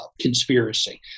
conspiracy